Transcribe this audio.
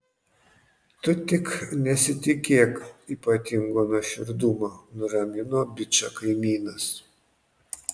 tu tik nesitikėk ypatingo nuoširdumo nuramino bičą kaimynas